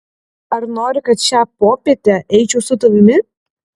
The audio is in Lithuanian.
ar nori kad šią popietę eičiau su tavimi